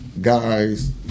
guys